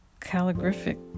calligraphic